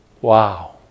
Wow